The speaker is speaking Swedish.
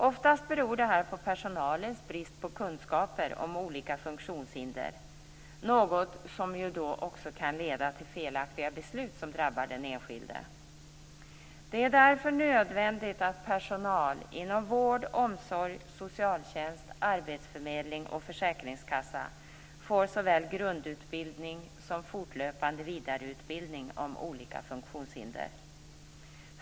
Oftast beror detta på personalens brist på kunskaper om olika funktionshinder, något som då också kan leda till felaktiga beslut som drabbar den enskilde. Det är därför nödvändigt att personal inom vård, omsorg, socialtjänst, arbetsförmedling och försäkringskassa får såväl grundutbildning som fortlöpande vidareutbildning om olika funktionshinder.